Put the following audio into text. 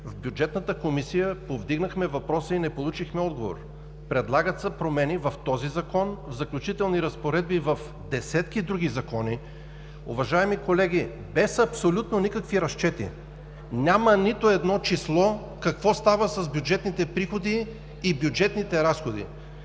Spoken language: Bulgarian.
В Бюджетната комисия повдигнахме въпроса и не получихме отговор. Предлагат се промени в този Закон – в „Заключителни разпоредби“, в десетки други закони. Уважаеми колеги, без абсолютно никакви разчети няма нито едно число какво става с бюджетните приходи и бюджетните разходи.